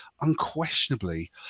unquestionably